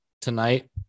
tonight